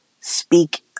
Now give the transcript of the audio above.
Speak